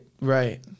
right